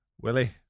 Willie